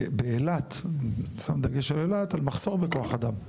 באילת, על מחסור בכוח אדם.